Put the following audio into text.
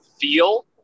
feel